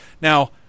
Now